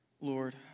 Lord